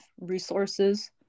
resources